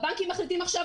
הבנקים מחליטים עכשיו